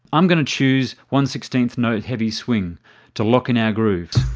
i'm going to choose one sixteenth note heavy swing to lock in our groove.